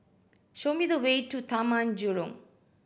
show me the way to Taman Jurong